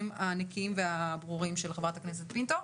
הנקיים והברורים של חברת הכנסת פינטו.